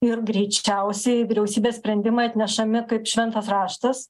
ir greičiausiai vyriausybės sprendimai atnešami kaip šventas raštas